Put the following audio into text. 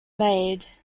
made